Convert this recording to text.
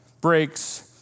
breaks